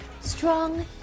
Strong